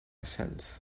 fence